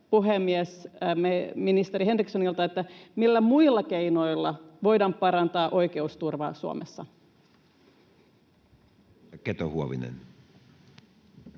puhemies, ministeri Henrikssonilta: millä muilla keinoilla voidaan parantaa oikeusturvaa Suomessa? [Speech